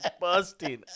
busting